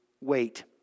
wait